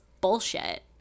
bullshit